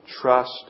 trust